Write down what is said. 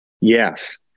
Yes